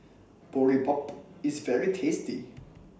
Boribap IS very tasty